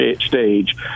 stage